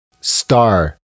star